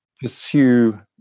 pursue